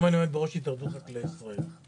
והיום אני עומד בראש התאחדות חקלאי ישראל.